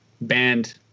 banned